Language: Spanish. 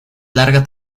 larga